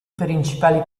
principali